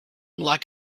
like